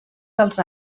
dels